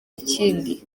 ikindi